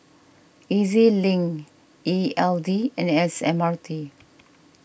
E Z link E L D and S M R T